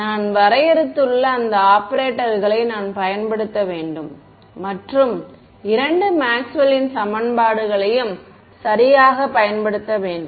நான் வரையறுத்துள்ள அந்த ஆபரேட்டர்களை நான் பயன்படுத்த வேண்டும் மற்றும் இரண்டு மேக்ஸ்வெல்லின் சமன்பாடுகளையும் சரியாகப் பயன்படுத்த வேண்டும்